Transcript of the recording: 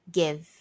give